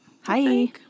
Hi